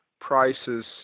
prices